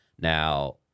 Now